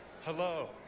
Hello